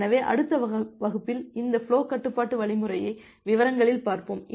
எனவே அடுத்த வகுப்பில் அந்த ஃபுலோ கட்டுப்பாட்டு வழிமுறையை விவரங்களில் பார்ப்போம்